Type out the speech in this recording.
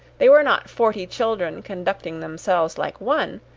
they were not forty children conducting themselves like one,